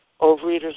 Overeaters